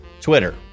Twitter